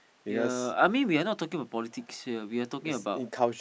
ya I mean we are not talking about politics here we are talking about